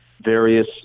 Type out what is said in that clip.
various